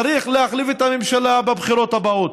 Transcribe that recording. צריך להחליף את הממשלה בבחירות הבאות.